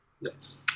yes